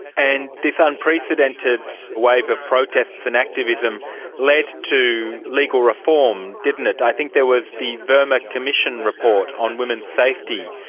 and this unprecedented role of of protests and activism led to legal reform, didn't it. i think there was the verma commission's report on women's safety.